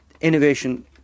innovation